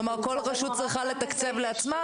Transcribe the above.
כלומר כל רשות צריכה לתקצב לעצמה,